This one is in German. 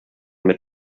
mit